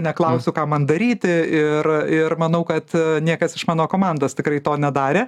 neklausiu ką man daryti ir ir manau kad niekas iš mano komandos tikrai to nedarė